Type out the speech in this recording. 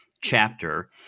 chapter